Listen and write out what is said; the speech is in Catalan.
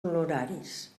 honoraris